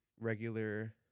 regular